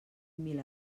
mil